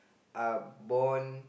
uh born